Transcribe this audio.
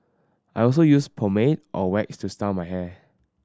I also use pomade or wax to style my hair